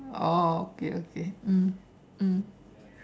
oh okay okay mm mm